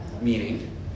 Meaning